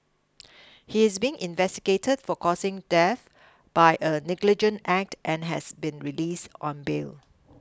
he is being investigated for causing death by a negligent act and has been release on bail